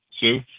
Sue